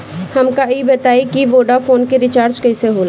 हमका ई बताई कि वोडाफोन के रिचार्ज कईसे होला?